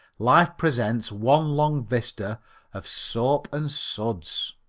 life presents one long vista of soap and suds.